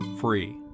free